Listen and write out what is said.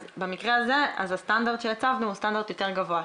אז במקרה הזה הסטנדרט שהצבנו הוא סטנדרט יותר גבוה,